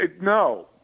No